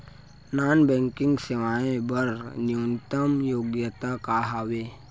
Non banking सेवाएं बर न्यूनतम योग्यता का हावे?